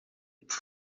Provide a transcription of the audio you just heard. por